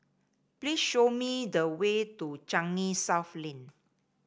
please show me the way to Changi South Lane